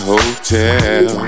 Hotel